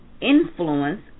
influence